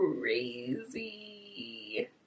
crazy